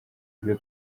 ibyo